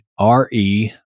RE